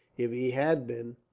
if he had been.